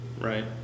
Right